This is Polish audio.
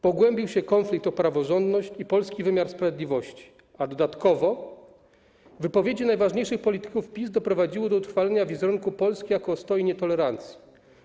Pogłębił się konflikt o praworządność i polski wymiar sprawiedliwości, a dodatkowo wypowiedzi najważniejszych polityków PiS doprowadziły do utrwalenia wizerunku Polski jako ostoi nietolerancji.